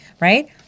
right